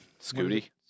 Scooty